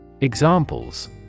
Examples